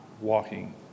walking